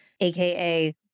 aka